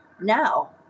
now